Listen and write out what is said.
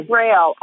rail